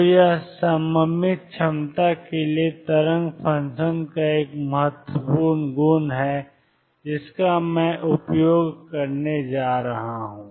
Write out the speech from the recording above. तो यह सममित क्षमता के लिए तरंग फ़ंक्शन का एक महत्वपूर्ण गुण है जिसका मैं उपयोग करने जा रहा हूं